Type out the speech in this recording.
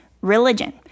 religion